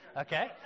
okay